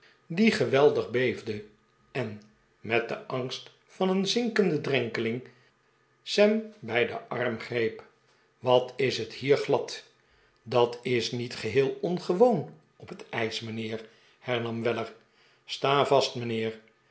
die geweldig beefde en met den angst van een zinkenden drenkeling sam bij den arm greep wat is het hier glad dat is niet geheel ongewoon op het ijs mijnheer hernam weller sta vast mijnheer